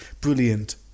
brilliant